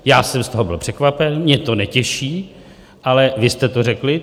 Já jsem z toho byl překvapen, mě to netěší, ale vy jste to řekli.